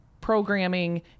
programming